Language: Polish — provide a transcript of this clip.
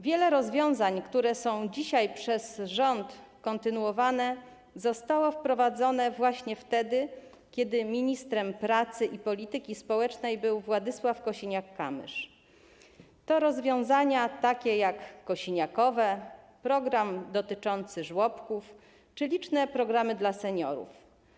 Wiele rozwiązań, które są dzisiaj przez rząd kontynuowane, zostało wprowadzonych właśnie wtedy, kiedy ministrem pracy i polityki społecznej był Władysław Kosiniak-Kamysz, takie jak kosiniakowe, program dotyczący żłobków czy liczne programy dla seniorów.